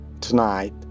tonight